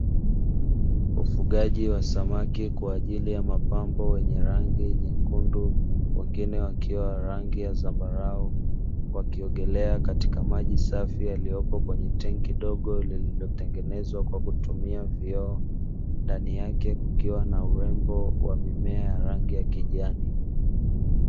Ufugaji wa samaki kwa ajii ya mapambo wenye rangi nyekundu, wengine wakiwa wa rangi ya zambarau, wakiogelea katika maji safi yaliyopo kwenye tenki dogo lililotengenezwa kwa kutumia vioo, ndani yake kukiwa na urembo wa mimea ya rangi ya kijani.